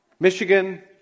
Michigan